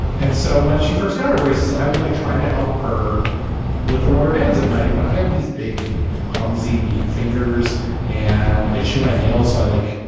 and so when she first got braces, i would like try to help her with the rubber bands at night. but i have these big clumsy meat fingers and i chew my nails. i, like,